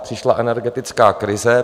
Přišla energetická krize.